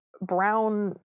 brown